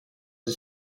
dix